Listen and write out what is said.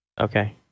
Okay